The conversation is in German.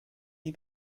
die